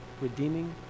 redeeming